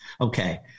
Okay